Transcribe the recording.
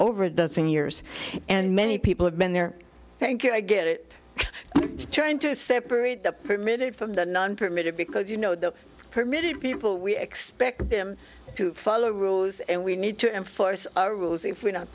over a dozen years and many people have been there thank you i get it trying to separate the permitted from the non permitted because you know the permitted people we expect them to follow rules and we need to enforce rules if we're not